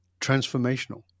transformational